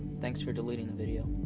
thanks for deleting the video.